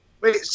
Wait